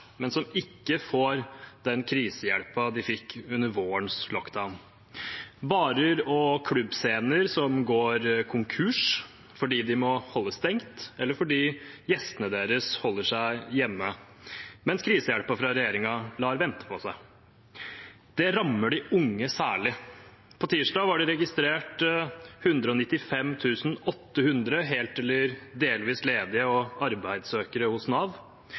men som ikke får den krisehjelpen de fikk under vårens «lockdown». Barer og klubbscener går konkurs fordi de må holde stengt, eller fordi gjestene deres holder seg hjemme, mens krisehjelpen fra regjeringen lar vente på seg. Det rammer særlig de unge. På tirsdag var det registrert 195 800 helt eller delvis ledige og arbeidssøkere hos Nav.